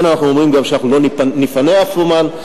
לכן אנחנו אומרים גם שאנחנו לא נפנה אף אמן,